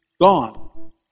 gone